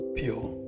pure